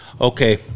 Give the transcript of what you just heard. Okay